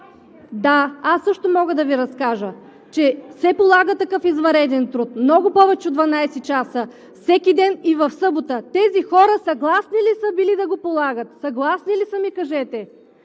Да, аз също мога да Ви разкажа – че се полага такъв извънреден труд, много повече от 12 часа, всеки ден, и в събота. Съгласни ли са били тези хора да го полагат? Съгласни ли са ми кажете?